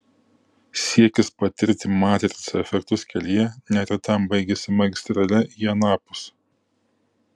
siekis patirti matrica efektus kelyje neretam baigiasi magistrale į anapus